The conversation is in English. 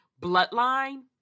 bloodline